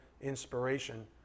inspiration